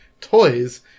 toys